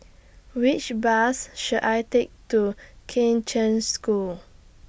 Which Bus should I Take to Kheng Cheng School